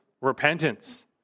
repentance